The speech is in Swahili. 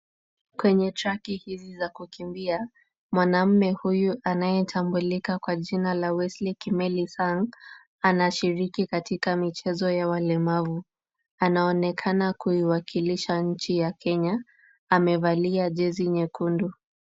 Kwenye chaki hizi za kukimbia, mwanamume huyu anayetambulika kwa jina la Wesley Kimeli Sang, anashiriki katika michezo ya walemavu, anaonekana kuiwakilisha nchi ya Kenya .Amevalia jezi nyekundu .